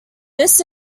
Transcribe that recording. this